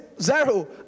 zero